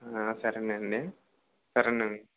సరేనండి సరేనండి